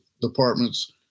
department's